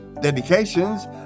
dedications